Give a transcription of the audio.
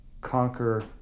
conquer